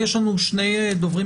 יש לנו עוד שנים דוברים